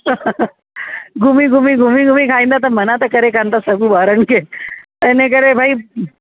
घुमीं घुमीं घुमीं घुमीं खाईंदा त मना त करे कान था सघूं ॿारनि खे त इनकरे भाई